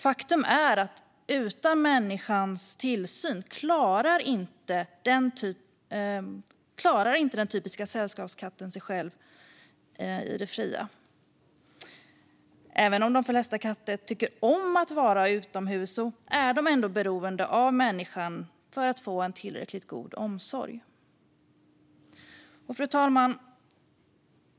Faktum är att den typiska sällskapskatten inte klarar sig i det fria utan människans tillsyn. Även om de flesta katter tycker om att vara utomhus är de beroende av människan för att få en tillräckligt god omsorg. Fru talman!